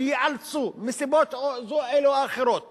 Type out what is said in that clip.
שייאלצו מסיבות אלה או אחרות